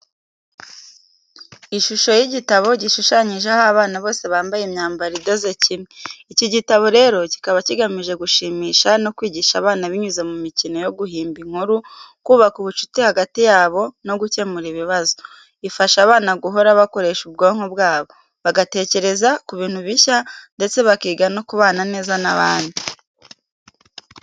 Ishusho y’igitabo, gishushanyijeho abana bose bambaye imyambaro idoze kimwe. Iki igitabo rero kikaba kigamije gushimisha no kwigisha abana binyuze mu mikino yo guhimba inkuru, kubaka ubucuti hagati yabo, no gukemura ibibazo. Ifasha abana guhora bakoresha ubwonko bwabo, bagatekereza ku bintu bishya ndetse bakiga no kubana neza n’abandi.